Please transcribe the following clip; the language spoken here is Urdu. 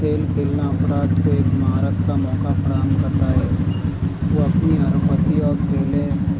کھیل کھیلنا افراد کو ایک مہارت کا موقعہ فراہم کرتا ہے وہ اپنی حرفتی اور فعلے